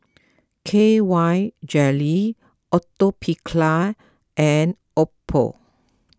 K Y Jelly Atopiclair and Oppo